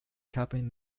cabinet